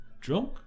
drunk